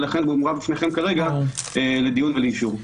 ולכן הוא מונח לפניכם כרגע לדיון ולאישור.